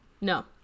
No